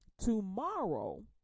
Tomorrow